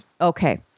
Okay